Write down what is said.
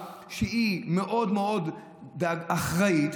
בצורה מאוד מאוד אחראית,